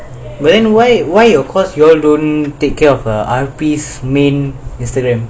then then why why your course you all don't take care of her R_P main